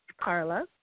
Carla